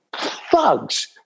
thugs